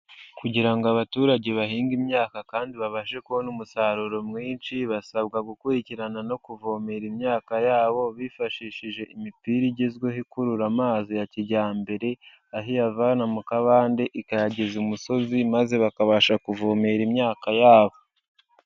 Kugira ngo abaturage bahinge imyaka kandi babashe kubona umusaruro mwinshi, basabwa gukurikirana no kuvomera imyaka yabo, bifashishije imipira igezweho ikurura amazi ya kijyambere, aho iyavana mu kabande, ikayageza umusozi maze bakabasha kuvomera imyaka yabo.